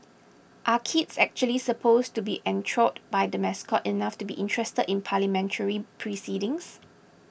are kids actually supposed to be enthralled by the mascot enough to be interested in Parliamentary proceedings